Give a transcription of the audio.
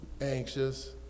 anxious